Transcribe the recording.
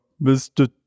Mr